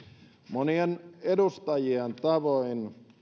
monien edustajien tavoin